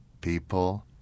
People